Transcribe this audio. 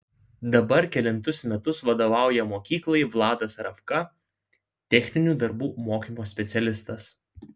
dabar kelintus metus vadovauja mokyklai vladas ravka techninių darbų mokymo specialistas